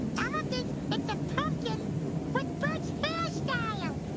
um ah thinks it's a pumpkin with bert's hairstyle.